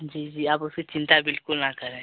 जी जी आप उसकी चिंता बिल्कुल न करें